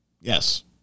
yes